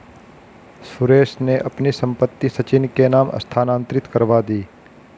सुरेश ने अपनी संपत्ति सचिन के नाम स्थानांतरित करवा दी